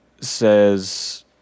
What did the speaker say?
says